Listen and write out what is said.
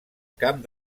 camp